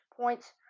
points